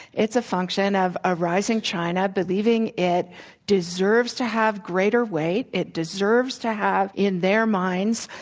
it's a function of a rising china believing it deserves to have greater weight it deserves to have, in their minds,